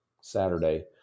saturday